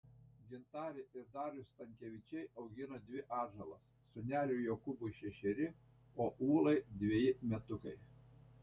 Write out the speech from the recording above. gintarė ir darius stankevičiai augina dvi atžalas sūneliui jokūbui šešeri o ūlai dveji metukai